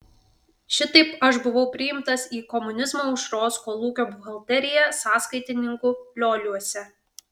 šitaip aš buvau priimtas į komunizmo aušros kolūkio buhalteriją sąskaitininku lioliuose